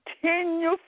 Continue